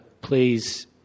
please